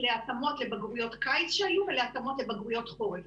להתאמות לבגרויות קיץ שהיו ולהתאמות לבגרויות חורף.